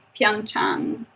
Pyeongchang